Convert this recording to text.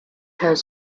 has